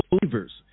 believers